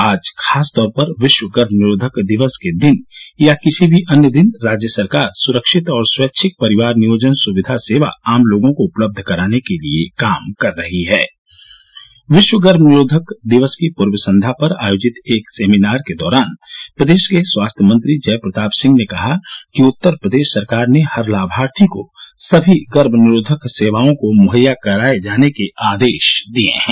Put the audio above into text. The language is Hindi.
आज खास तौर पर विश्व गर्भ निरोधक दिवस के दिन या किसी भी अन्य दिन राज्य सरकार सुरक्षित और स्वैच्छिक परिवार नियोजन सुविधा सेवा आम लोगों को उपलब्ध कराने के लिए काम कर रही है विश्व गर्भ निरोध निरोधक दिवस की पूर्व संध्या पर आयोजित एक सेमिनार के दौरान प्रदेश के स्वास्थ्य मंत्री जय प्रताप सिंह ने कहा कि उत्तर प्रदेश सरकार ने हर लाभार्थी को सभी गर्भ निरोधक सेवाओं को मुहैया कराए जाने के आदेश दिए हैं